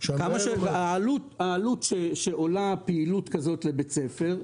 העלות שעולה פעילות כזאת לבית ספר,